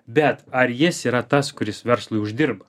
bet ar jis yra tas kuris verslui uždirba